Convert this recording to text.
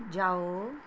ਜਾਓ